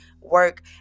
work